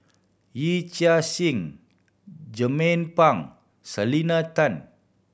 Yee Chia Hsing Jernnine Pang Selena Tan